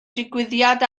digwyddiad